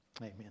Amen